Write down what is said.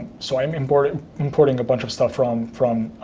so i'm importing importing a bunch of stuff from from